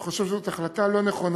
אני חושב שזאת החלטה לא נכונה.